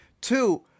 Two